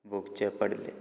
भोगचे पडले